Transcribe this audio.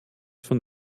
von